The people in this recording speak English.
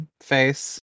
face